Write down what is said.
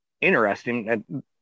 interesting